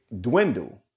dwindle